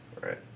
Right